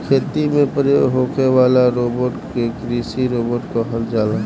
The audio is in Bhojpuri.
खेती में प्रयोग होखे वाला रोबोट के कृषि रोबोट कहल जाला